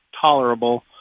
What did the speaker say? tolerable